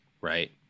right